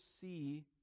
see